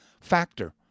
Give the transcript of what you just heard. factor